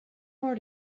more